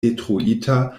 detruita